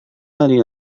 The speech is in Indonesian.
lari